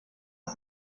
ist